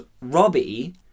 Robbie